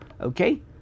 Okay